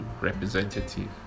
representative